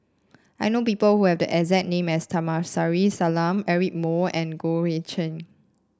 I know people who have the exact name as Kamsari Salam Eric Moo and Goh Eck Kheng